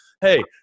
hey